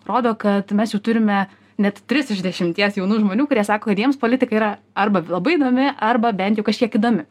rodo kad mes jau turime net tris iš dešimties jaunų žmonių kurie sako kad jiems politika yra arba labai įdomi arba bent jau kažkiek įdomi